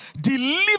deliver